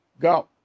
go